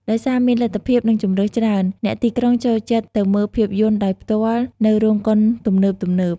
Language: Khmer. ដោយសារមានលទ្ធភាព និងជម្រើសច្រើន អ្នកទីក្រុងចូលចិត្តទៅមើលភាពយន្តដោយផ្ទាល់នៅរោងកុនទំនើបៗ។